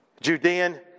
Judean